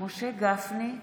משה גפני,